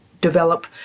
develop